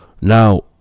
Now